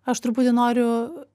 aš truputį noriu